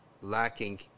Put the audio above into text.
lacking